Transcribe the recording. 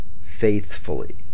faithfully